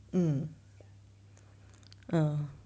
mm uh